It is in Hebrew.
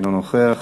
אינו נוכח.